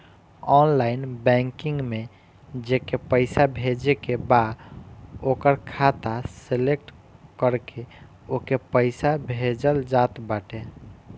online banking में जेके पईसा भेजे के बा ओकर खाता सलेक्ट करके ओके पईसा भेजल जात बाटे